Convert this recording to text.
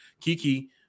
Kiki